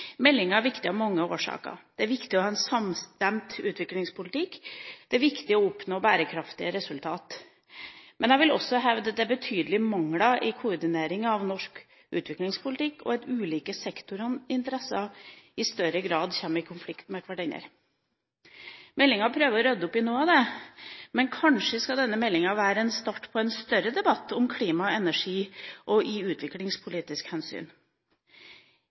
Meldinga er viktig av mange årsaker. Det er viktig å ha en samstemt utviklingspolitikk. Det er viktig å oppnå bærekraftige resultater. Men jeg vil også hevde at det er betydelige mangler i koordineringa av norsk utviklingspolitikk, og at ulike sektorinteresser i større grad kommer i konflikt med hverandre. Meldinga prøver å rydde opp i noe av dette, men kanskje skal denne meldinga være en start på en større debatt om klima og energi i en utviklingspolitisk